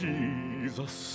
Jesus